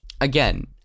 Again